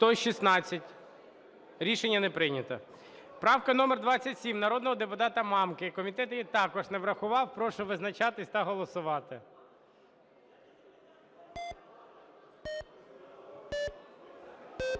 За-116 Рішення не прийнято. Правка номер 27 народного депутата Мамки. Комітет її також не врахував. Прошу визначатись та голосувати.